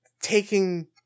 taking